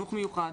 חינוך מיוחד.